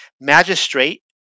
magistrate